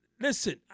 Listen